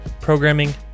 programming